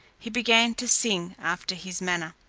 he began to sing after his manner,